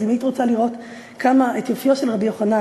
אז אם היית רוצה לראות את יופיו של רבי יוחנן,